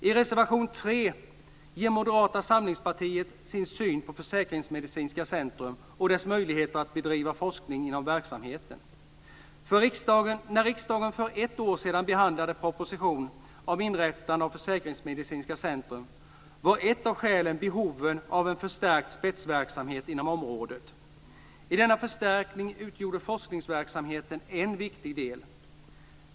I reservation 3 ger Moderata samlingspartiet sin syn på Försäkringsmedicinska centrum och dess möjligheter att bedriva forskning inom verksamheten. När riksdagen för ett år sedan behandlade propositionen om inrättande av Försäkringsmedicinska centrum var ett av skälen behovet av en förstärkt spetsverksamhet inom området. I denna förstärkning utgjorde forskningsverksamheten en viktig del.